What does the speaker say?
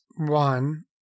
One